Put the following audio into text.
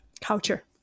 culture